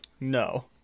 No